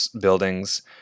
buildings